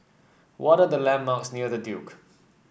what are the landmarks near The Duke